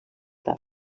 tard